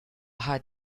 had